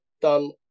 done